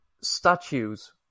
statues